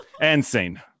Insane